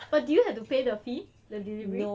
but do you have to pay the fee the delivery